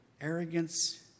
arrogance